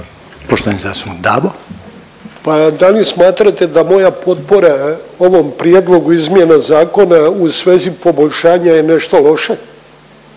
**Dabo, Ivan (HDZ)** Pa da li smatrate da moja potpora ovom prijedlogu izmjena zakona u svezi poboljšanja je nešto loše?